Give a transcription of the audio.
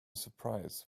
surprise